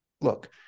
Look